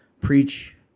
preach